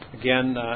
Again